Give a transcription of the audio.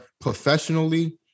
professionally